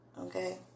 Okay